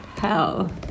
hell